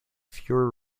fewer